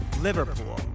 Liverpool